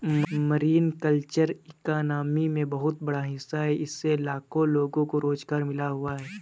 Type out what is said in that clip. marine culture economy में बहुत बड़ा हिस्सा है इससे लाखों लोगों को रोज़गार मिल हुआ है